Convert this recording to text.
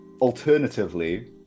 Alternatively